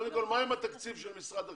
קודם כל מה עם התקציב של משרד הקליטה?